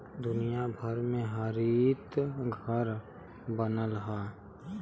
दुनिया भर में हरितघर बनल हौ